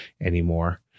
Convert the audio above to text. anymore